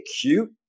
cute